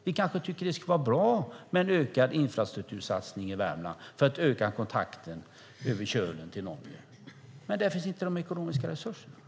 Vi kanske tycker att det skulle vara bra med en ökad infrastruktursatsning i Värmland för att öka kontakten över kölen till Norge. Men där finns inte de ekonomiska resurserna.